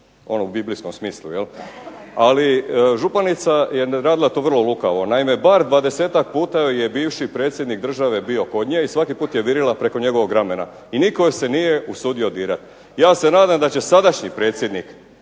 ono u biblijskom smislu jel. Ali županica je radila to vrlo lukavo. Naime bar 20-ak puta joj je bivši predsjednik države bio kod nje i svaki put je virila preko njegovog ramena, i nitko je se nije usudio dirati. Ja se nadam da će sadašnji predsjednik